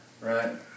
right